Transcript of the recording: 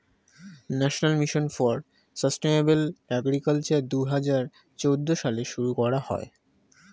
national mission for sustainable agriculture দুহাজার চৌদ্দ সালে শুরু করা হয়